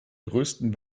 größten